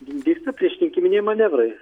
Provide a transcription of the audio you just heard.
vyksta priešrinkiminiai manevrai